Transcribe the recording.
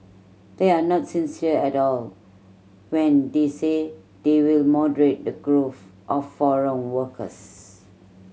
they are not sincere at all when they say they will moderate the growth of foreign workers